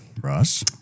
Russ